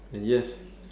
and yes